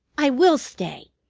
i will stay.